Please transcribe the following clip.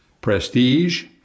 prestige